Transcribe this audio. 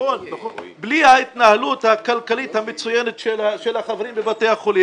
בלי ההתנהלות הכלכלית המצוינת של החברים בבתי החולים,